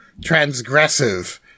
transgressive